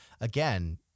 again